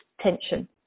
tension